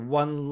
one